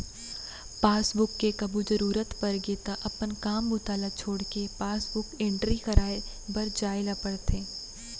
passbook के कभू जरूरत परगे त अपन काम बूता ल छोड़के पासबुक एंटरी कराए बर जाए ल परथे